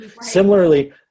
Similarly